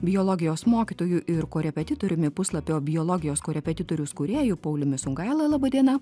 biologijos mokytoju ir korepetitoriumi puslapio biologijos korepetitorius kūrėju pauliumi sungaila laba diena